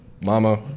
mama